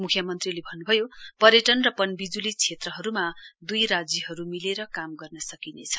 म्ख्यमन्त्रीले भन्न्भयो पर्यटन र पनबिज्ली क्षेत्रहरूमा दुई राज्यहरू मिलेर काम गर्न सकिनेछ